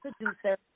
producer